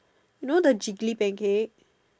you know the jiggly pancake